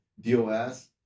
DOS